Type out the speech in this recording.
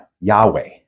Yahweh